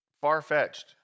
far-fetched